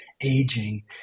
aging